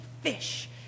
fish